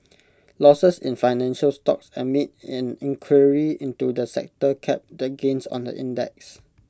losses in financial stocks amid an inquiry into the sector capped the gains on the index